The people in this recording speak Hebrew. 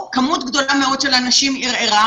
מספרים מה היקף האנשים -- -או אגיד אחרת: